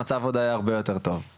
המצב עוד היה הרבה יותר טוב.